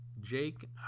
jake